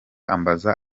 ambaza